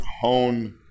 hone